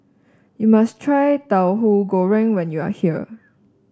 you must try Tauhu Goreng when you are here